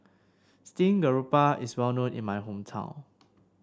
Steamed Garoupa is well known in my hometown